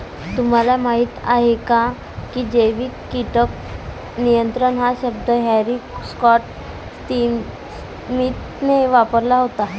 तुम्हाला माहीत आहे का की जैविक कीटक नियंत्रण हा शब्द हॅरी स्कॉट स्मिथने वापरला होता?